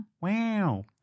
Wow